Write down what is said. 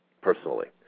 personally